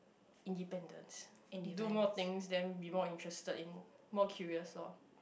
independence do more things then be more interested in more curious lor